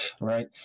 Right